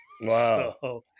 Wow